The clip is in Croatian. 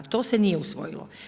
To se nije usvojilo.